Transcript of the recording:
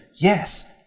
yes